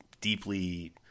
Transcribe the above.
deeply